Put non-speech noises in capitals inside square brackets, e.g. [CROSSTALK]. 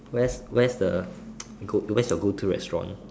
where's where's the [NOISE] go to where's your go to restaurant